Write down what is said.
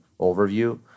overview